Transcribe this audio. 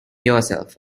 yourself